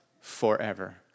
forever